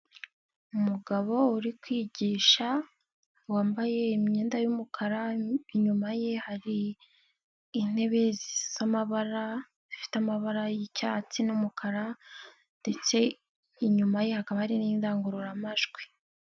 Umugabo uri kwigisha wambaye imyenda'umukara, inyuma ye hari intebe z'amabara zifite amabara y'icyatsi n'umukara ndetse inyuma ye hakaba hari n'indangururamajwi.